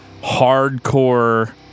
hardcore